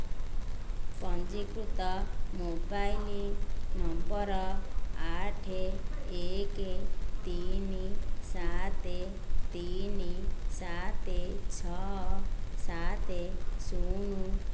ପଞ୍ଜୀକୃତ mobile number ଆଠ ଏକ ତିନି ସାତ ତିନି ସାତ ଛଅ ସାତ ଶୂନ